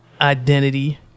identity